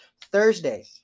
Thursday